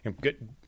good